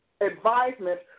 advisement